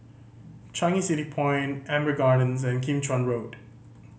Changi City Point Amber Gardens and Kim Chuan Road